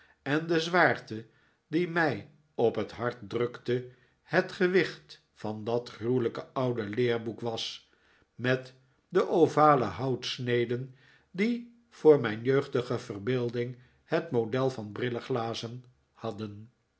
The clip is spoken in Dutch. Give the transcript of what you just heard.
en de zwaarte die mij op het hart drukte het gewicht van dat gruwelijke oude leerboek was met de ovale houtsneden die voor mijn jeugdige verbeelding het model van brilleglazen hadden